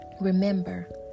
Remember